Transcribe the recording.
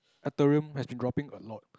Ethereum has been dropping a lot